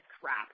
crap